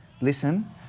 Listen